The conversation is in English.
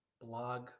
blog